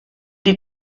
die